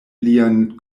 lian